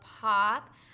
pop